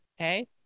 okay